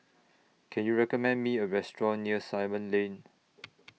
Can YOU recommend Me A Restaurant near Simon Lane